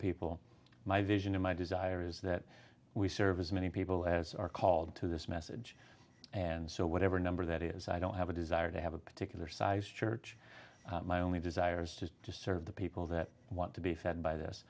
people my vision of my desire is that we serve as many people as are called to this message and so whatever number that is i don't have a desire to have a particular size church my only desire is to just serve the people that want to be fed by th